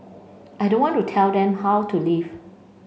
I don't want to tell them how to live